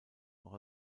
auch